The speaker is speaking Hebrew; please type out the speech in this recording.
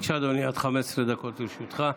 בבקשה, אדוני, עד 15 דקות לרשותך.